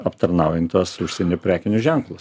aptarnaujant tuos užsienio prekinius ženklus